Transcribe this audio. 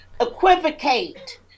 equivocate